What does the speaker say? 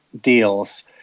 deals